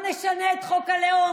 לא נשנה את חוק הלאום,